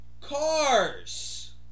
Cars